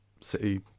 City